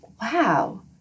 wow